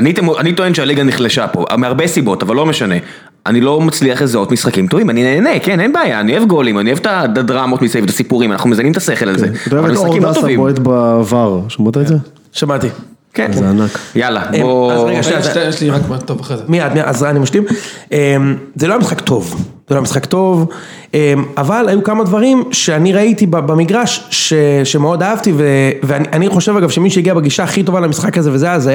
אני טוען שהלגה נחלשה פה, מהרבה סיבות, אבל לא משנה. אני לא מצליח את זה עוד משחקים טובים, אני נהנה, כן, אין בעיה, אני אוהב גולים, אני אוהב את הדרמות, את הסיפורים, אנחנו מזינים את השכל על זה. אבל משחקים טובים. אתה אוהב את האורדס הפועלת בעבר, שמעת את זה? שמעתי. כן. זה ענק. יאללה. בוא. אז רגע שתיים, שתיים. רק מה טוב אחת. מי יעד? אז אני משלים. זה לא המשחק טוב. זה לא המשחק טוב. אבל היו כמה דברים שאני ראיתי במגרש שמאוד אהבתי, ואני חושב אגב שמי שהגיע בגישה הכי טובה למשחק הזה וזה, אז היה.